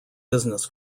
business